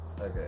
Okay